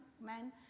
men